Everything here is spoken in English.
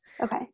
Okay